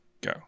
go